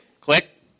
click